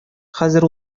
хәзер